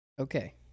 Okay